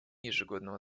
ежегодного